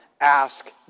ask